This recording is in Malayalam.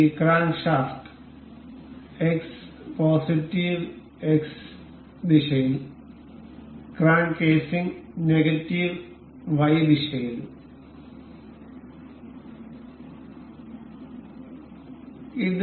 ഈ crank shaft X positive X ദിശയിൽ ക്രങ്ക് കേസിംഗ് നെഗറ്റീവ് Y ദിശയിലും